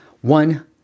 One